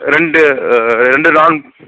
రెండూ రెండు నాన్స్